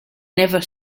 never